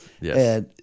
Yes